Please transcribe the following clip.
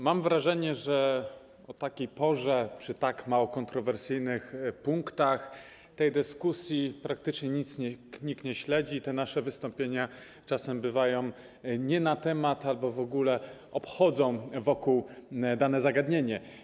Mam wrażenie, że o takiej porze i przy tak mało kontrowersyjnych punktach tej dyskusji praktycznie nikt nie śledzi, nasze wystąpienia czasem bywają nie na temat albo w ogóle obchodzą wokół dane zagadnienie.